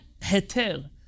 heter